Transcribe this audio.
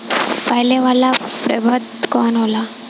फैले वाला प्रभेद कौन होला?